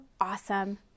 awesome